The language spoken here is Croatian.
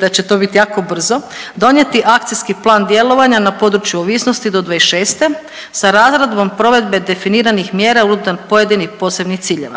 da će to biti jako brzo. Donijeti akcijski plan djelovanja na području ovisnosti do 2026. sa razradom provedbe definiranih mjera unutar pojedinih posebnih ciljeva.